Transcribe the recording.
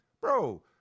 bro